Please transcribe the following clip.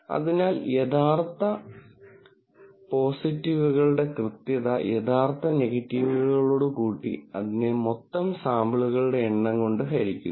അതിനാൽ കൃത്യത യഥാർത്ഥ പോസിറ്റീവുകളെ യഥാർത്ഥ നെഗറ്റീവുകളോട് കൂട്ടി അതിനെ മൊത്തം സാമ്പിളുകളുടെ എണ്ണം കൊണ്ട് ഹരിക്കുന്നു